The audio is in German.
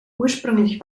ursprünglich